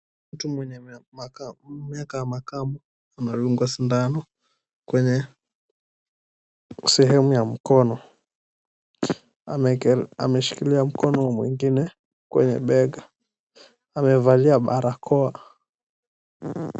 Mtu mwenye miaka ya makamo amedungwa sindano kwenye sehemu ya mkono. Ameshikilia mkono wa mwingine kwenye bega. Amevalia barakoa.